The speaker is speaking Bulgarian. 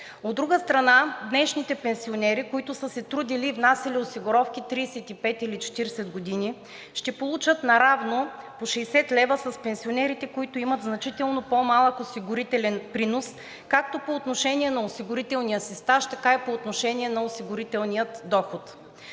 От друга страна, днешните пенсионери, които са се трудили и са внасяли осигуровки 35 или 40 години, ще получат наравно по 60 лв. с пенсионерите, които имат значително по-малък осигурителен принос както по отношение на осигурителния си стаж, така и по отношение на осигурителния доход.